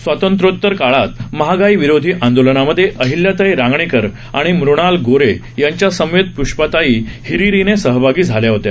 स्वातंत्र्योतर काळात महागाईविरोधी आंदोलनामध्ये अहिल्याताई रांगणेकर आणि मुणाल गोरे यांच्यासमवेत प्ष्पाताई हिरिरीने सहभागी झाल्या होत्या